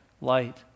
light